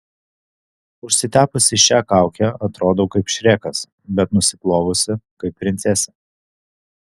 užsitepusi šią kaukę atrodau kaip šrekas bet nusiplovusi kaip princesė